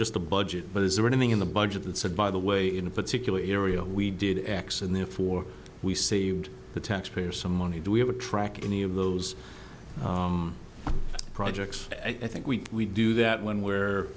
just the budget but is there anything in the budget that said by the way in a particular area we did x and therefore we saved the taxpayer some money do we have a track any of those projects i think we do that one where